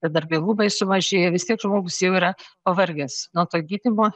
ir darbingumai sumažėję vis tiek žmogus jau yra pavargęs nuo to gydymo